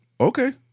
Okay